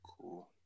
Cool